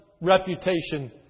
reputation